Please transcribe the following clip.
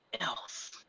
else